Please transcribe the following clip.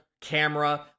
camera